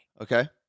Okay